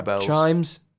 Chimes